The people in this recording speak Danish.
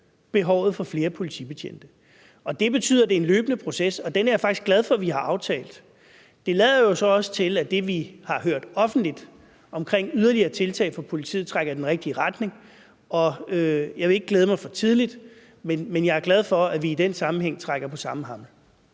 behovet for flere politibetjente. Det betyder, at det er en løbende proces, og den er jeg faktisk glad for at vi har aftalt. Det lader så også til, at det, vi har hørt offentligt om yderligere tiltag for politiet, trækker i den rigtige retning. Jeg vil ikke glæde mig for tidligt, men jeg er glad for, at vi i den sammenhæng trækker på samme hammel.